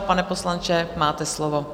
Pane poslanče, máte slovo.